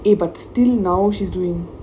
eh but still now she's doing